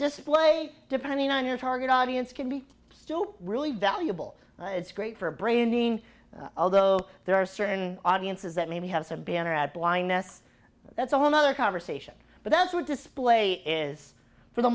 display depending on your target audience can be still really valuable it's great for braining although there are certain audiences that maybe have some banner ad blindness that's a whole nother conversation but that's what display is for the